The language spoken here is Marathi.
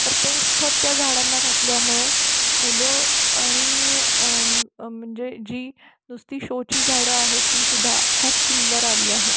तर तेच खत त्या झाडांना घातल्यामुळं फुलं आणि म्हणजे जी नुसती शोची झाडं आहे ती सुद्धा खूप सुंदर आली आहेत